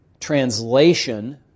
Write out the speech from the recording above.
translation